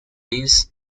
base